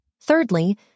Thirdly